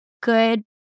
good